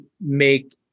make